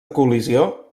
col·lisió